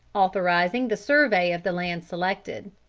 authorizing the survey of the land selected.